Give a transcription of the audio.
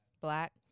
Black